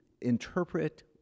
interpret